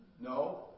No